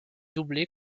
doublé